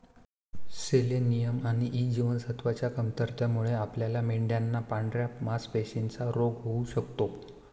selenium आणि E जीवनसत्वच्या कमतरतेमुळे आपल्या मेंढयांना पांढऱ्या मासपेशींचा रोग होऊ शकतो